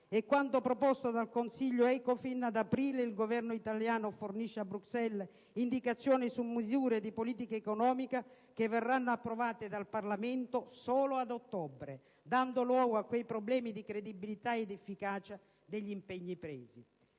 e quanto proposto dal Consiglio Ecofin, ad aprile il Governo italiano fornisce a Bruxelles indicazioni su misure di politica economica che verranno approvate dal Parlamento solo ad ottobre, dando luogo a quei problemi di credibilità ed efficacia degli impegni presi.